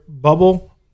bubble